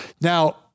now